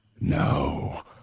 no